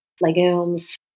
legumes